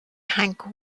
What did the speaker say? hank